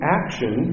action